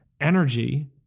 energy